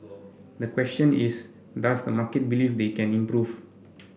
the question is does the market believe they can improve